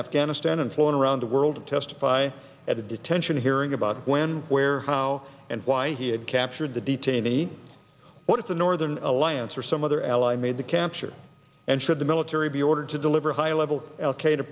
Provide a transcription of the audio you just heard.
afghanistan and flown around the world to testify at a detention hearing about when where how and why he had captured the detainee what if the northern alliance or some other ally made the capture and should the military be ordered to deliver high level